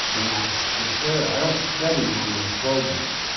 when i so prepare i don't study on this program.